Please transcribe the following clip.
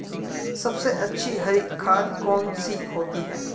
सबसे अच्छी हरी खाद कौन सी होती है?